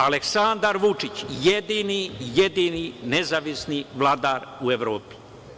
Aleksandar Vučić je jedini nezavisni vladar u Evropi.